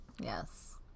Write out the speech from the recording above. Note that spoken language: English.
Yes